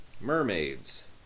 Mermaids